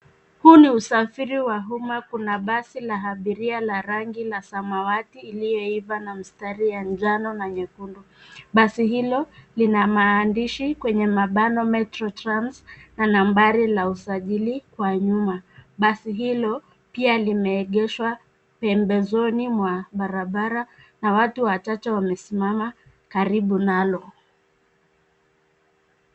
Hu ni usafiri wa umma. Kuna basi la abiria la rangi la samawati iliyoiva na mstari ya njano na nyekundu. Basi hilo lina maandishi MetroTrans na nambari la usajili kwa nyuma. Basi hilo pia limeegeshwa pembezoni mwa barabara na watu wachache wamesimama karibu nalo.